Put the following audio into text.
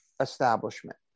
establishment